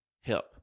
help